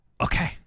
Okay